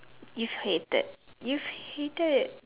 you hated you hated